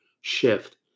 shift